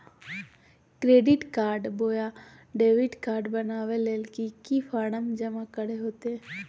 Credit card बोया debit card बनाने ले की की फॉर्म जमा करे होते?